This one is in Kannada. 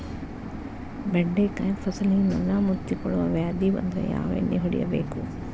ಬೆಂಡೆಕಾಯ ಫಸಲಿಗೆ ನೊಣ ಮುತ್ತಿಕೊಳ್ಳುವ ವ್ಯಾಧಿ ಬಂದ್ರ ಯಾವ ಎಣ್ಣಿ ಹೊಡಿಯಬೇಕು?